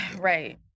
right